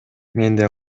менде